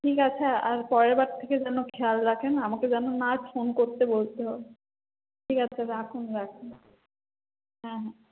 ঠিক আছে আর পরের বার থেকে যেন খেয়াল রাখেন আমাকে যেন না আর ফোন করতে বলতে হয় ঠিক আছে রাখুন রাখুন হ্যাঁ হ্যাঁ